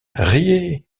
riait